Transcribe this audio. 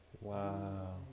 Wow